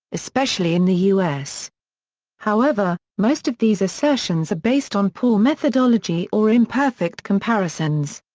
especially in the us. however, most of these assertions are based on poor methodology or imperfect comparisons.